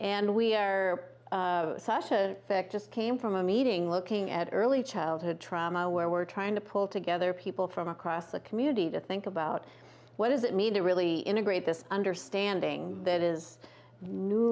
are just came from a meeting looking at early childhood trauma where we're trying to pull together people from across the community to think about what does it mean to really integrate this understanding that is